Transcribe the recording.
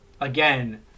again